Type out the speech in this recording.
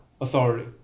authority